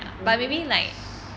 it means